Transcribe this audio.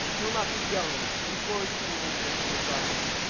he'll not be going. we swore we'd put an end to this when we brought him in.